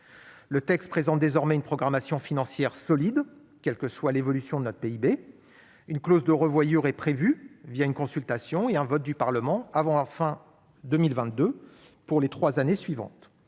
Le texte comprend désormais une programmation financière solide, quelle que soit l'évolution de notre PIB. Une clause de revoyure est prévue une consultation et un vote du Parlement avant la fin de 2022 pour les trois années suivantes